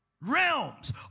Realms